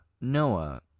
Noah